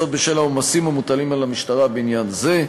בשל העומס המוטל על המשטרה בעניין זה.